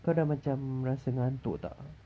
kau dah macam rasa ngantuk tak